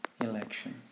election